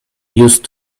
used